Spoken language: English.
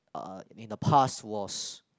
uh in the past was